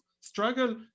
struggle